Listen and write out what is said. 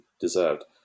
deserved